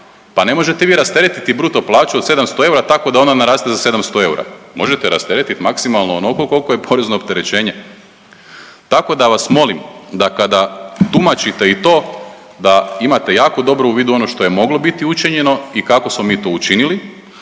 Pa ne možete vi rasteretiti bruto plaću od 700 eura tako da ona naraste za 700 eura. Možete rasteretiti maksimalno onoliko koliko je porezno opterećenje. Tako da vas molim da kada tumačite i to da imate jako dobro u vidu ono što je moglo biti učinjeno i kako smo mi to učinili.